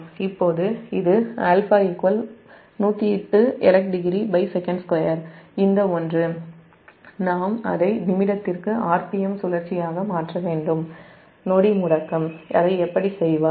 இப்போது இது α108 elect degreesec22 இந்த ஒன்று நாம் அதை நிமிடத்திற்கு RPM சுழற்சியாக மாற்ற வேண்டும் நொடி முடுக்கம் அதை எப்படி செய்வார்